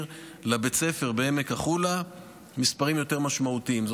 לבית הספר בעמק החולה מספרים יותר משמעותיים,